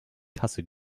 kasse